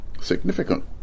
significant